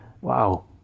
wow